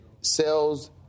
sells